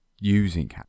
using